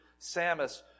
Samus